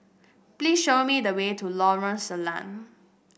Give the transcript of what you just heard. please show me the way to Lorong Salleh